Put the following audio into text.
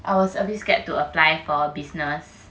I was a bit scared to apply for business